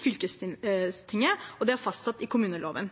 fylkestinget, og det er fastsatt i kommuneloven.